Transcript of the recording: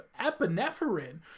epinephrine